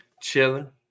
Chilling